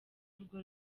urwo